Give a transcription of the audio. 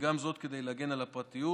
וגם זאת כדי להגן על הפרטיות,